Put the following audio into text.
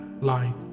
light